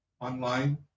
Online